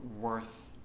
worth